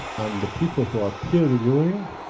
and the people who are peer-reviewing,